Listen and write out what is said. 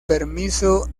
permiso